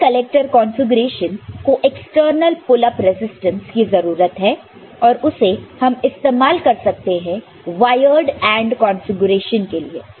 open collector configuration को external pull up resistance की जरूरत है और उसे हम इस्तेमाल कर सकते हैं वायर्ड AND कॉन्फ़िगरेशन के लिए